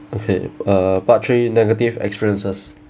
okay uh part three negative experiences